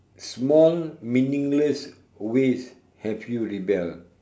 small meaningless ways have you rebel